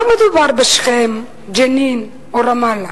לא מדובר בשכם, ג'נין או רמאללה,